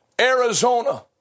Arizona